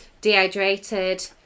dehydrated